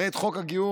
הרי את חוק הגיור,